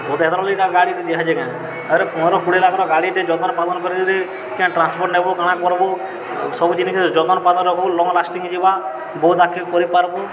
ଇ'ଟା ଗାଡ଼ିଟେ ଦିଆହେଇଛେ କାଏଁ ଆରୁ ପନ୍ଦରରୁ କୁଡ଼ିଏ ଲାଖ୍ ଗାଡ଼ିଟେ ଯତନ୍ପାତନ୍ କର୍ଲେ କେନ ଟ୍ରାନ୍ସପୋର୍ଟ ନେବୁ କା'ଣା କର୍ବୁ ସବୁ ଜିନିଷ୍ ଯତନ୍ପାତନ୍ ରଖ୍ବୁ ଲଙ୍ଗ୍ ଲାଷ୍ଟିଂ ଯିବା ବହୁତ୍ ଆଗ୍କେ କରିପାର୍ବୁ